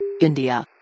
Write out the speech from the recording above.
India